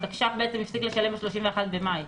התקש"ח הפסיק לשלם ב-31 במאי.